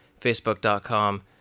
facebook.com